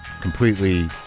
completely